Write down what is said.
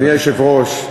אדוני היושב-ראש,